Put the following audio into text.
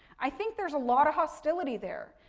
i think there's a lot of hostility there.